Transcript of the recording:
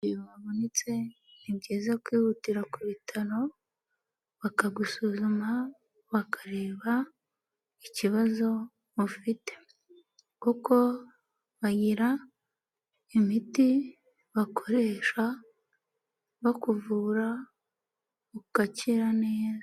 Igihe wavunitse ni byiza kwihutira ku bitaro bakagusuzuma bakareba ikibazo ufite kuko bagira imiti bakoresha bakuvura ugakira neza.